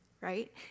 right